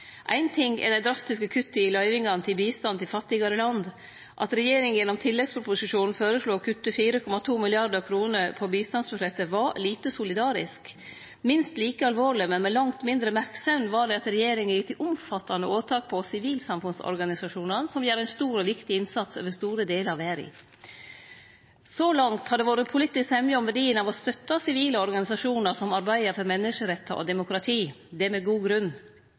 ein stor og viktig innsats over store delar av verda. Så langt har det vore politisk semje om verdien av å støtte sivile organisasjonar som arbeider for menneskerettar og demokrati. Det er med god grunn.